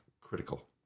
critical